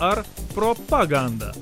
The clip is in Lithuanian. ar propaganda